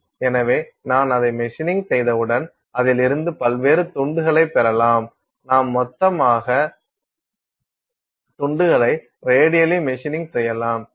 எனவே நான் அதை மெஷினிங் செய்தவுடன் அதில் இருந்து பல்வேறு துண்டுகளை பெறலாம் நாம் மொத்தமாக துண்டுகளை ரேடியலி மெஷினிங் செய்யலாம்